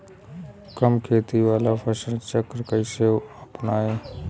कम खेत वाला फसल चक्र कइसे अपनाइल?